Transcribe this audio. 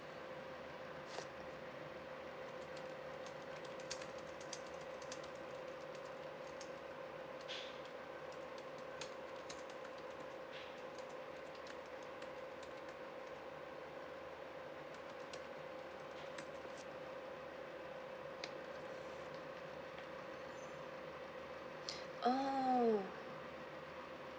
oh